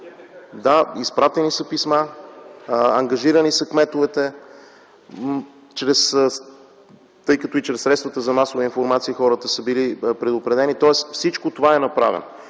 Да. Изпратени са писма, ангажирани са кметовете, чрез средствата за масова информация хората са били предупредени, тоест всичко това е направено.